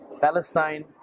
Palestine